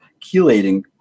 chelating